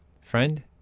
Friend